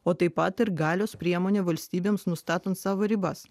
o taip pat ir galios priemonė valstybėms nustatant savo ribas